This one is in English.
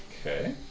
Okay